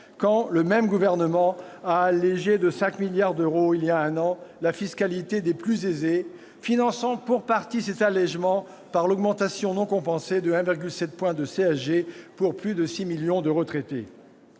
quand le même gouvernement a allégé de 5 milliards d'euros, il y a un an, la fiscalité des plus aisés, finançant pour partie cet allégement par l'augmentation non compensée de 1,7 point de CSG pour plus de 6 millions de retraités.